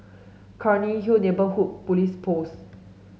Cairnhill Neighbourhood Police Post